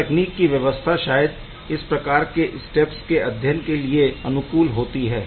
इस तकनीक कि व्यवस्था शायद इस प्रकार के स्टेप्स के अध्ययन के लिए अनुकूल होती है